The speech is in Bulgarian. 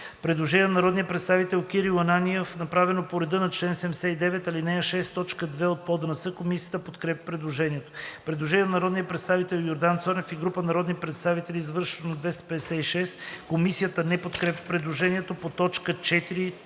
Предложение на народния представител Кирил Ананиев, направено по реда на чл. 79, ал. 6, т. 2 от ПОДНС. Комисията подкрепя предложението. Предложение на народния представител Йордан Цонев и група народни представители, завършващо на 256. Комисията не подкрепя предложението по т.